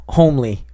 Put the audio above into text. homely